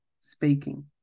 speaking